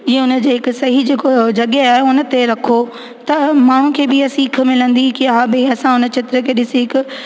जीअं उन खे सही जेको जॻहि आहे उन ते रखो त माण्हुनि खे बि इहा सीख मिलंदी की हा भई असां उन चित्र खे ॾिसी हिकु